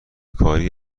کاری